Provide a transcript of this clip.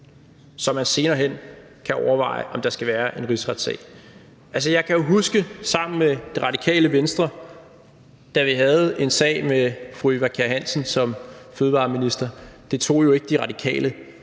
så man senere hen kan overveje, om der skal være en rigsretssag. Jeg kan jo huske, da vi bl.a. sammen med Det Radikale Venstre havde en sag med fru Eva Kjer Hansen som fødevareminister, at det ikke tog De Radikale